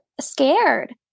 scared